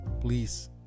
please